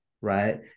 Right